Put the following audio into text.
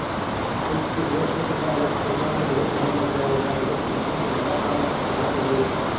soup की मदद से तुम्हें अलग करने में बहुत समय लग जाएगा जबकि मशीन तुम्हारा काम आधा कर देगी